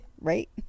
right